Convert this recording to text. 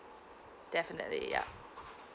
definitely yeah